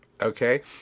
Okay